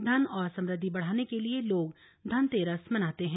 धन और समृद्धि बढ़ाने के लिए लोग धनतेरस मनाते हैं